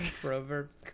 Proverbs